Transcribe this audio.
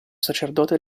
sacerdote